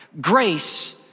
Grace